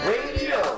Radio